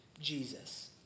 Jesus